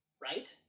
right